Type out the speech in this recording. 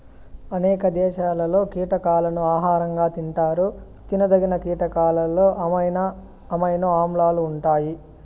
అనేక దేశాలలో కీటకాలను ఆహారంగా తింటారు తినదగిన కీటకాలలో అమైనో ఆమ్లాలు ఉంటాయి